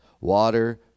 water